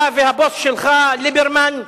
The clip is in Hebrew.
אתה והבוס שלך, ליברמן,